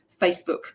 Facebook